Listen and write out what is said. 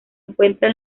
encuentra